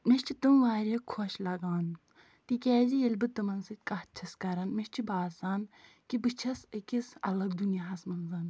مےٚ چھِ تِم واریاہ خۄش لگان تِکیٛازِ ییٚلہِ بہٕ تِمَن سۭتۍ کَتھ چھَس کَران مےٚ چھِ باسان کہِ بہٕ چھَس أکِس الگ دُنیاہَس منٛز